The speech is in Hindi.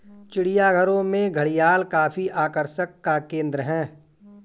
चिड़ियाघरों में घड़ियाल काफी आकर्षण का केंद्र है